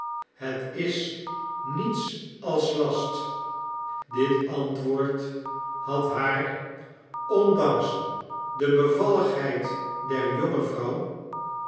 het is niets als last dit antwoord had haar ondanks de bevalligheid der jonge vrouw